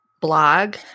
blog